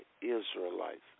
Israelites